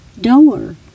door